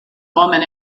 woman